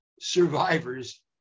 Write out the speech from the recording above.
survivors